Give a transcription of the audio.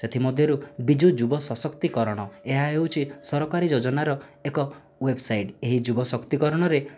ସେଥିମଧ୍ୟରୁ ବିଜୁ ଯୁବ ସଶକ୍ତିକରଣ ଏହା ହେଉଛି ସରକାରୀ ଯୋଜନାର ଏକ ୱେବସାଇଟ୍ ଏହି ଯୁବ ସକ୍ତିକରଣରେ